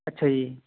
ਅੱਛਾ ਜੀ